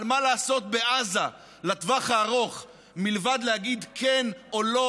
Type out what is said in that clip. על מה לעשות בעזה לטווח הארוך מלבד להגיד כן או לא,